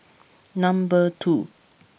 number two